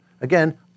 again